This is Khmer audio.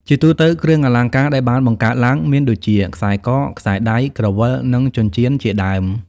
ជាទូទៅគ្រឿងអលង្ការដែលបានបង្កើតឡើងមានដូចជា ខ្សែក ខ្សែដៃ ក្រវិល និងចិញ្ចៀនជាដើម។